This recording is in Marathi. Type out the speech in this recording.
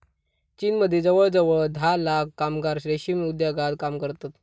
चीनमदी जवळजवळ धा लाख कामगार रेशीम उद्योगात काम करतत